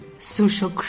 Social